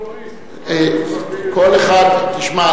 תשמע,